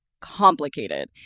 complicated